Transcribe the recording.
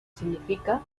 significa